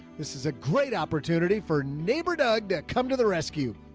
this is a great opportunity for neighbor doug to come to the rescue.